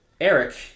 eric